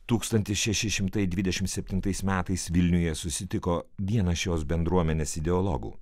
tūkstantis šeši šimtai dvidešimt septintais metais vilniuje susitiko vienas šios bendruomenės ideologų